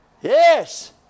Yes